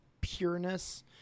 pureness